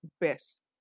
best